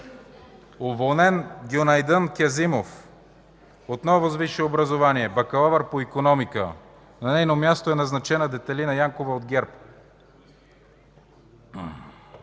уволнен Гюнайдън Кязимов – отново с висше образование, бакалавър по икономика; на нейно място е назначена Детелина Янкова от ГЕРБ;